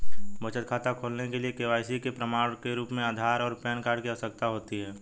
बचत खाता खोलने के लिए के.वाई.सी के प्रमाण के रूप में आधार और पैन कार्ड की आवश्यकता होती है